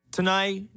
Tonight